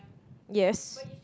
yes